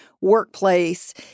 workplace